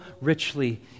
richly